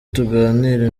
tuganire